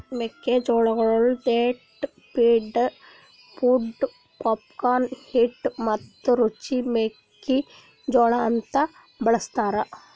ಮೆಕ್ಕಿ ಜೋಳಗೊಳ್ dent, flint, pod, popcorn, ಹಿಟ್ಟು ಮತ್ತ ರುಚಿ ಮೆಕ್ಕಿ ಜೋಳ ಅಂತ್ ಬಳ್ಸತಾರ್